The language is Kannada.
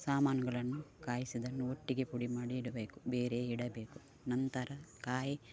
ಸಾಮಾನುಗಳನ್ನು ಕಾಯಿಸಿದ್ದನ್ನು ಒಟ್ಟಿಗೆ ಪುಡಿಮಾಡಿ ಇಡಬೇಕು ಬೇರೆಯೇ ಇಡಬೇಕು ನಂತರ ಕಾಯಿ